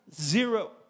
Zero